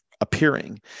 appearing